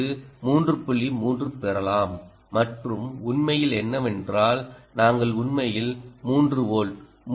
3 பெறலாம் மற்றும் உண்மையில் என்னவென்றால்நாங்கள் உண்மையில் 3 வோல்ட் 3